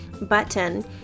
button